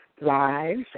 lives